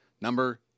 number